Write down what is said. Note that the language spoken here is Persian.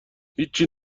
هیچچی